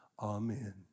amen